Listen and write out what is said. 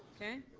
okay.